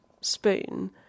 spoon